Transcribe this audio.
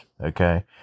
okay